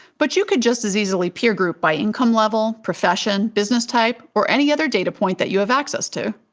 but you could just as easily peer group by income level, profession, business type, or any other data point that you have access to.